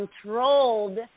controlled